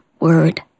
word